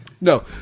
no